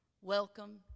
welcome